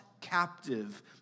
captive